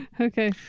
Okay